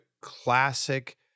classic